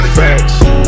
facts